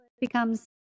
becomes